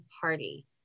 party